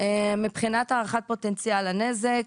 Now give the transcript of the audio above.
מבחינת הערכת פוטנציאל הנזק,